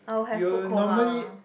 oh have food coma